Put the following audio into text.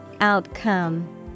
Outcome